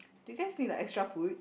do you guys need like extra food